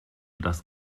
das